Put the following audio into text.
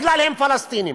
כי הם פלסטינים.